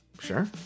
Sure